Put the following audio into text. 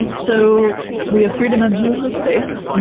and so we have three dimensions of space,